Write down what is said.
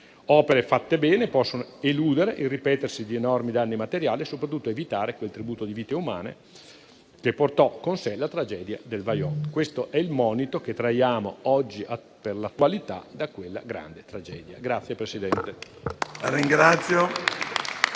Opere fatte bene possono eludere il ripetersi di enormi danni materiali e, soprattutto, evitare quel tributo di vite umane che portò con sé la tragedia del Vajont. Questo è il monito che traiamo oggi per l'attualità da quella grande tragedia.